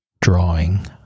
drawing